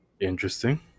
Interesting